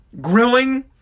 grilling